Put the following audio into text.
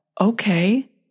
Okay